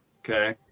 Okay